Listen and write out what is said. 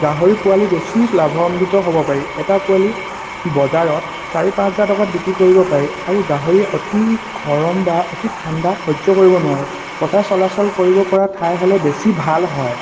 গাহৰি পোৱালি বেছি লাভান্বিত হ'ব পাৰি এটা পোৱালি বজাৰত চাৰি পাঁচ হাজাৰ টকাত বিক্ৰী কৰিব পাৰি আৰু গাহৰি অতি গৰম বা অতি ঠাণ্ডা সহ্য কৰিব নোৱাৰে বতাৰ চলাচল কৰিবপৰা ঠাই হ'লে বেছি ভাল হয়